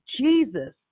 Jesus